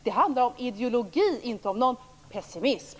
Det handlar om ideologi, inte om någon pessimism.